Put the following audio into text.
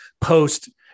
post